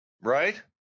Right